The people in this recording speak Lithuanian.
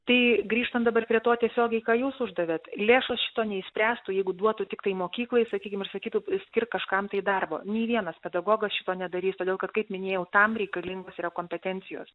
tai grįžtant dabar prie to tiesiogiai ką jūs uždavėt lėšos šito neišspręstų jeigu duotų tiktai mokyklai sakykim ir sakytų skirk kažkam tai darbo nė vienas pedagogas šito nedarys todėl kad kaip minėjau tam reikalingos yra kompetencijos